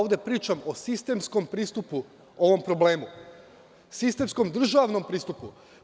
Ovde pričam o sistemskom pristupu ovom problemu, sistemskom državnom pristupu.